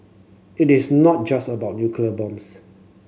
it is not just about nuclear bombs